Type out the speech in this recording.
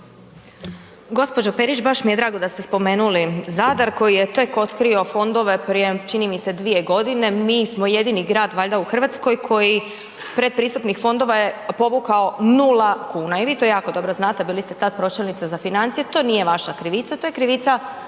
Gđo. Perić, baš mi je drago da ste spomenuli Zadar koji je tek otkrio fondove prije, čini mi se 2 godine. Mi smo jedini grad, valjda u Hrvatskoj koji pretpristupnih fondova je povukao 0 kuna i vi to jako dobro znate, bili ste tad pročelnica za financijske, to nije vaša krivica, to je krivica